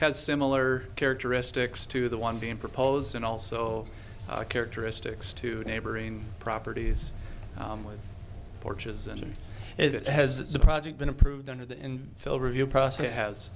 has similar characteristics to the one being proposed in also characteristics to neighboring properties with porches and it has the project been approved under the in phil review process and has